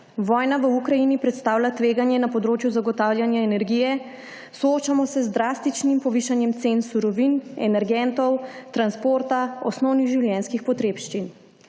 Vojna v Ukrajini predstavlja tveganje na področju zagotavljanja energije, soočamo se z drastičnim povišanjem cen surovin, energentov, transporta, osnovnih življenjskih potrebščin.